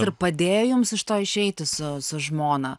ir padėjo jums iš to išeiti su su žmona